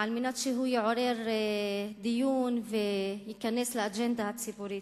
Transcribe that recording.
כדי שהוא יעורר דיון וייכנס לאג'נדה הציבורית.